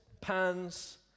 pans